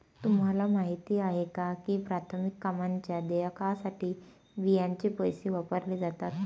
तुम्हाला माहिती आहे का की प्राथमिक कामांच्या देयकासाठी बियांचे पैसे वापरले जातात?